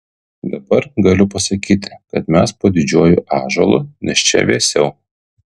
dabar galiu pasakyti kad mes po didžiuoju ąžuolu nes čia vėsiau